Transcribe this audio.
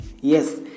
Yes